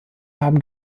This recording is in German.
haben